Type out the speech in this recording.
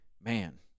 man